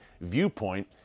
viewpoint